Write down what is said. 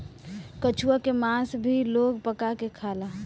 कछुआ के मास भी लोग पका के खाला